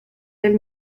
del